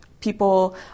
People